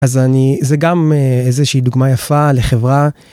אז אני זה גם איזושהי דוגמה יפה לחברה.